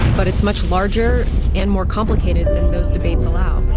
but it's much larger and more complicated than those debates allow,